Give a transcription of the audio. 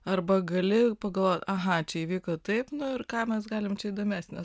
arba gali pagalvot aha čia įvyko taip nu ir ką mes galim čia įdomesnio